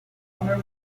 owner